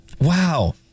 Wow